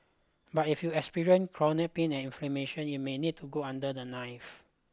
but if you experience chronic pain and inflammation you may need to go under the knife